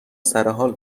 سرحال